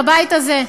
בבית הזה.